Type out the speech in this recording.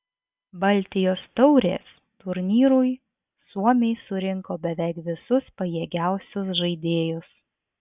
baltijos taurės turnyrui suomiai surinko beveik visus pajėgiausius žaidėjus